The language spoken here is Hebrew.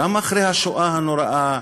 גם אחרי השואה הנוראה,